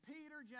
Peter